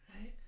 right